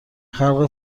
خلق